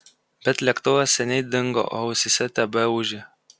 bet lėktuvas seniai dingo o ausyse tebeūžė